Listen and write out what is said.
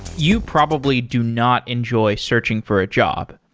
you probably do not enjoy searching for a job.